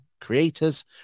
creators